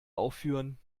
aufführen